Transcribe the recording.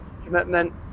commitment